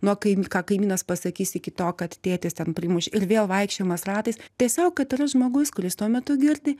nuo kai ką kaimynas pasakys iki to kad tėtis ten primuš ir vėl vaikščiojimas ratais tiesiog kad yra žmogus kuris tuo metu girdi